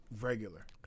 regular